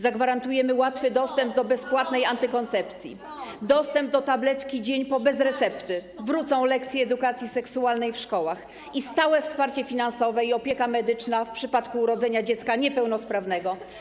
zagwarantujemy łatwy dostęp do bezpłatnej antykoncepcji, dostęp do tabletki dzień po bez recepty, wrócą lekcje edukacji seksualnej w szkołach i stałe wsparcie finansowe oraz opieka medyczna w przypadku urodzenia dziecka niepełnosprawnego.